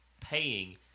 paying